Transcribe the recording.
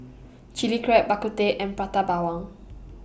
Chilli Crab Bak Kut Teh and Prata Bawang